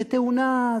זו תאונה,